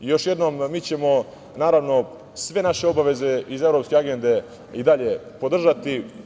Još jednom, mi ćemo, naravno, sve naše obaveze iz Evropske agende i dalje podržati.